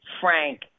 Frank